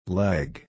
leg